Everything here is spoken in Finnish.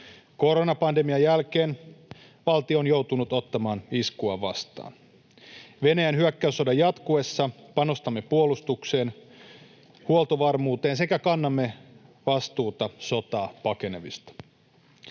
Koronapandemian jälkeen valtio on joutunut ottamaan iskua vastaan. Venäjän hyökkäyssodan jatkuessa panostamme puolustukseen ja huoltovarmuuteen sekä kannamme vastuuta sotaa pakenevista.